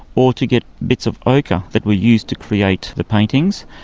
or to get bits of ochre that were used to create the paintings.